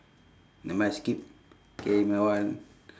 nevermind skip K another one